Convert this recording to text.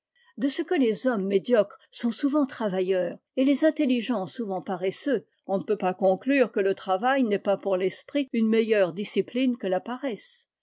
de ce que les hommes médiocres sont souvent travailleurs et les intelligents souvent paresseux on ne peut pas conclure que le travail n'est pas pour l'esprit une meilleure discipline que la paresse